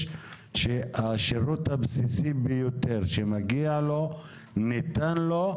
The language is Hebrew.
שהשירות הבסיסי ביותר שמגיע לו ניתן לו,